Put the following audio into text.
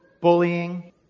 bullying